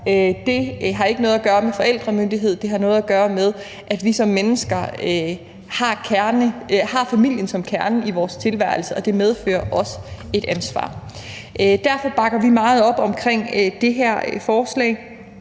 Det har ikke noget at gøre med forældremyndighed. Det har noget at gøre med, at vi som mennesker har familien som kerne i vores tilværelse, og det medfører også et ansvar. Derfor bakker vi meget op om det her forslag,